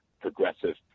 progressive